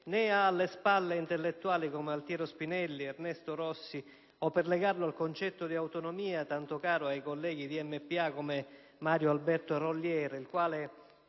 ha alle spalle intellettuali come Altiero Spinelli, Ernesto Rossi o, per legarlo al concetto di autonomia tanto caro ai colleghi del Movimento per l'Autonomia, come Mario Alberto Rollier, il quale